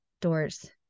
doors